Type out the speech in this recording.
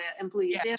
employees